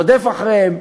רודף אחריהם,